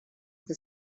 for